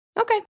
Okay